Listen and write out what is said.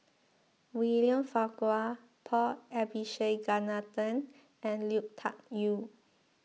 William Farquhar Paul Abisheganaden and Lui Tuck Yew